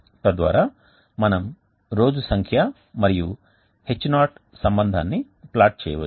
తద్వారా మనం రోజు సంఖ్య మరియు H0 సంబంధాన్ని ప్లాట్ చేయొచ్చు